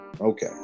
okay